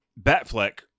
Batfleck